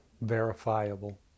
verifiable